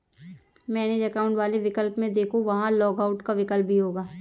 manage account वाले विकल्प में देखो, वहां लॉग आउट का विकल्प भी होगा